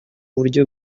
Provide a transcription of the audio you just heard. buryo